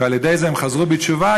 ועל-ידי זה הם חזרו בתשובה,